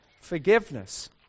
forgiveness